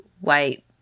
white